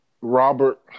Robert